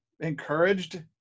encouraged